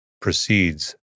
proceeds